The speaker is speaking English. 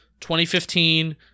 2015